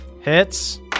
Hits